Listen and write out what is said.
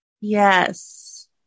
Yes